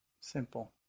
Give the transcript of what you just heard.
simple